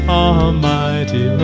almighty